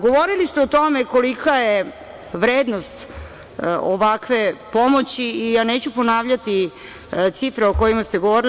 Govorili ste o tome kolika je vrednost ovakve pomoći i ja neću ponavljati cifre o kojima ste govorili.